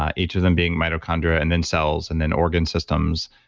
ah each of them being mitochondria and then cells and then organ systems,